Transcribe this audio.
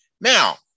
Now